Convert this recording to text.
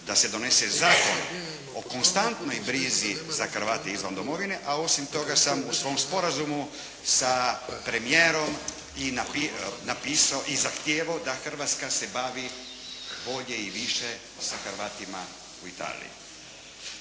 da se donese zakon o konstantnoj brizi za Hrvate izvan domovine, a osim toga sam u svom sporazumu sa premijeru i napisao i zahtijevao da Hrvatska se bavi bolje i više sa Hrvatima u Italiji,